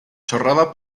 chorrada